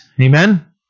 Amen